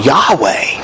Yahweh